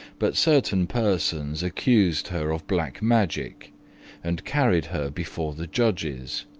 but certain persons accused her of black magic and carried her before the judges,